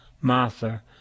Martha